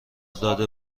داده